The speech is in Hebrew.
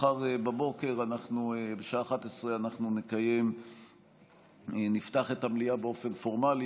מחר בבוקר בשעה 11:00 אנחנו נפתח את המליאה באופן פורמלי,